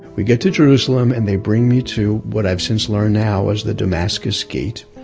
we get to jerusalem, and they bring me to what i've since learned now was the damascus gate,